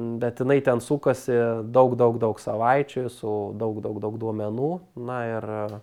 bet jinai ten sukasi daug daug daug savaičių su daug daug daug duomenų na ir